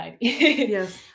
Yes